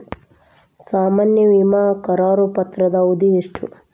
ಸಾಮಾನ್ಯ ವಿಮಾ ಕರಾರು ಪತ್ರದ ಅವಧಿ ಎಷ್ಟ?